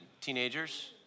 teenagers